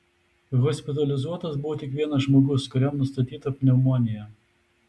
hospitalizuotas buvo tik vienas žmogus kuriam nustatyta pneumonija